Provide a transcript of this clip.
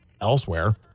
elsewhere